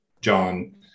John